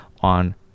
on